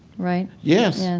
right? yes, yeah